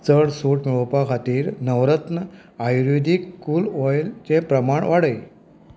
चड सूट मेळोवपा खातीर नवरत्न आयुर्वेदीक कूल ऑयलाचे प्रमाण वाडय